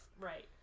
Right